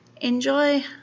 Enjoy